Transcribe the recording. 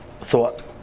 thought